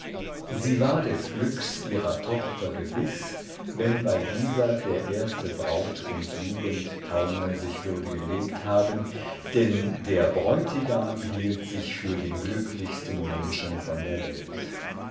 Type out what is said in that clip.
sie war des glücks ihrer tochter gewiß wenn bei dieser der erste braut und jugendtaumel sich würde gelegt haben denn der bräutigam hielt sich für den glücklichsten menschen von der welt